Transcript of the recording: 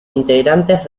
integrantes